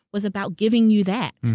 was about giving you that.